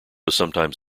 sometimes